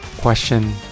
Question